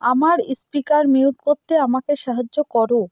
আমার speaker mute করতে আমাকে সাহায্য করো